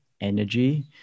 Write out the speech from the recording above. energy